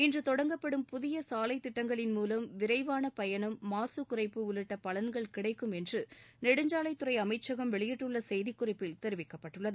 இன்று தொடங்கப்படும் புதிய சாலைத்திட்டங்களின் மூலம் விரைவான பயணம் மாசு குறைப்பு உள்ளிட்ட பலன்கள் கிடைக்கும் என்று நெடுஞ்சாலைத்துறை அமைச்சகம் வெளியிட்டுள்ள செய்திக் குறிப்பில் தெரிவிக்கப்பட்டுள்ளது